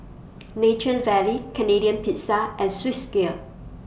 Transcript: Nature Valley Canadian Pizza and Swissgear